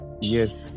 Yes